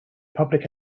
public